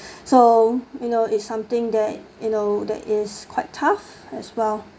so you know it's something that you know that is quite tough as well